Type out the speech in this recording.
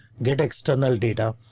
get external data.